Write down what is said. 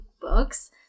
books